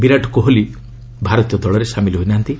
ବିରାଟ କୋହଲି ଭାରତୀୟ ଦଳରେ ସାମିଲ ହୋଇନାହାନ୍ତି